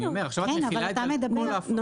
עכשיו את מחילה את זה על כל ההפרות.